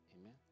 Amen